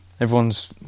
Everyone's